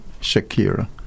Shakira